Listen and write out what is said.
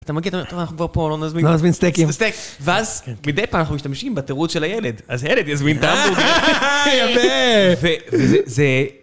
אתה מגיע, אתה אומר, טוב, אנחנו כבר פה, לא נזמין סטייקים. ואז מדי פעם אנחנו משתמשים בתירוץ של הילד, אז הילד יזמין את ההמבורגר. יפה.